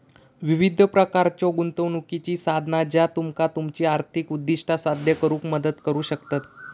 विविध प्रकारच्यो गुंतवणुकीची साधना ज्या तुमका तुमची आर्थिक उद्दिष्टा साध्य करुक मदत करू शकतत